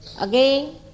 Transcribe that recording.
Again